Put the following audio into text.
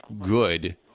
good—